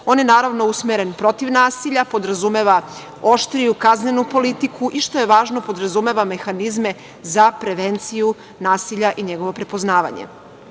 On je naravno usmeren protiv nasilja, podrazumeva oštriju kaznenu politiku i što je važno podrazumeva mehanizme za prevenciju nasilja i njegovo prepoznavanje. Činjenica